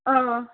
ஆ